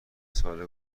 سال